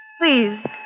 Please